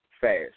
fast